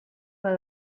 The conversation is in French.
pas